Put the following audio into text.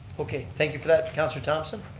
okay, thank you for that. councillor thomson?